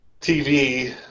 TV